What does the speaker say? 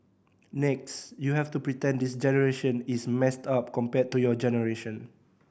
next you have to pretend this generation is messed up compared to your generation